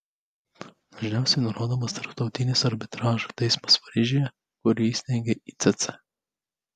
dažniausiai nurodomas tarptautinis arbitražo teismas paryžiuje kurį įsteigė icc